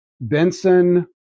Benson